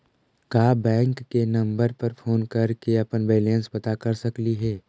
का बैंक के नंबर पर फोन कर के अपन बैलेंस पता कर सकली हे?